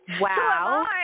Wow